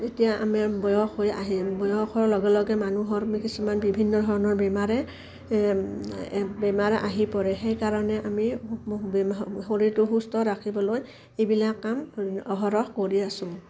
এতিয়া আমি বয়স হৈ আহি বয়সৰ লগে লগে মানুহৰ কিছুমান বিভিন্ন ধৰণৰ বেমাৰে বেমাৰ আহি পৰে সেইকাৰণে আমি শৰীৰটো সুস্থ ৰাখিবলৈ এইবিলাক কাম অহৰহ কৰি আছোঁ